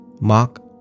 Mark